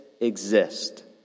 exist